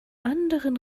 anderen